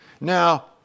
Now